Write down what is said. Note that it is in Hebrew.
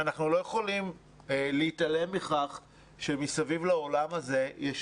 אנחנו לא יכולים להתעלם מכך שמסביב לעולם הזה יש